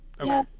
Okay